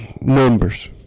numbers